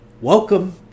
welcome